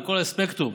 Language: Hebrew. לכל הספקטרום,